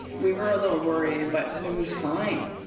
we were a little worried, but it was fine